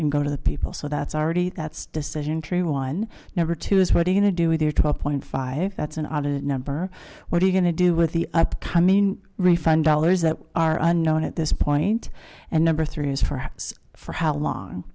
and go to the people so that's already that's decision tree one number two is fighting to do with their twelve point five that's an odd number what are you going to do with the upcoming refund dollars that are unknown at this point and number three is perhaps for how long